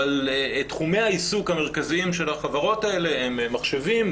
אבל תחומי העיסוק המרכזיים של החברות האלה הם: מחשבים,